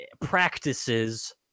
practices